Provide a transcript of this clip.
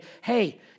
Hey